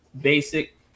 basic